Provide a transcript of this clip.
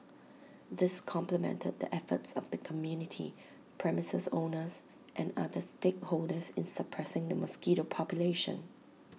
this complemented the efforts of the community premises owners and other stakeholders in suppressing the mosquito population